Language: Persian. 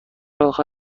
آخر